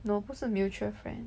我不是 mutual friend